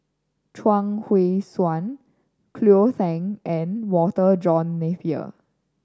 Chuang Hui Tsuan Cleo Thang and Walter John Napier